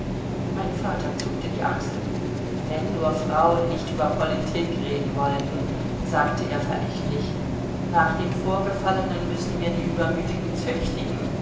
mein vater zuckte die achseln wenn nur frauen nicht über politik reden wollten sagte er verächtlich nach dem vorgefallenen müssen wir die übermütigen züchtigen